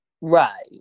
Right